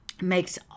makes